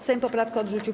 Sejm poprawkę odrzucił.